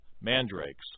mandrakes